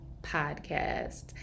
podcast